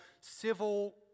civil